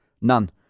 None